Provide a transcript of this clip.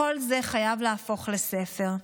כל זה חייב להפוך לספר.